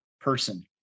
person